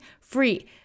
free